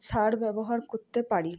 সার ব্যবহার করতে পারি